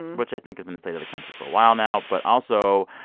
which i think has been the state of the country for a while now. but also,